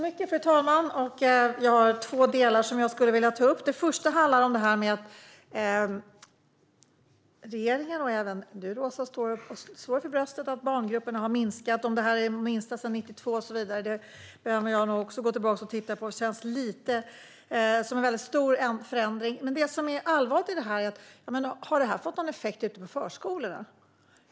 Fru talman! Jag vill ta upp två delar. Den första handlar om att regeringen och även du, Roza, slår er för bröstet för att barngrupperna har minskat. Att de är de minsta sedan 1992 behöver jag nog gå tillbaka och titta på. Det känns som att det skulle vara en väldigt stor förändring. Det som är allvarligt i detta är huruvida detta har fått någon effekt ute i förskolorna.